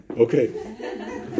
Okay